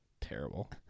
terrible